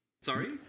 Sorry